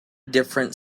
different